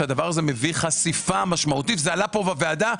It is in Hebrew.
שהדבר הזה מביא חשיפה משמעותית וזה עלה כאן בוועדה,